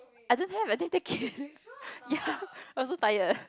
I don't have I don't take ya I'm also tired